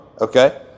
okay